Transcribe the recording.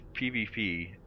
PvP